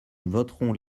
voteront